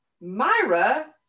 Myra